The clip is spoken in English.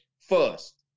first